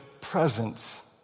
presence